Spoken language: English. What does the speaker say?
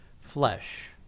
flesh